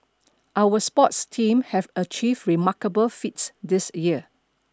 our sports team have achieved remarkable feats this year